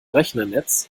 rechnernetz